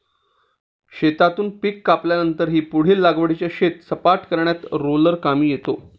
शेतातून पीक कापल्यानंतरही पुढील लागवडीसाठी शेत सपाट करण्यात रोलर कामी येतो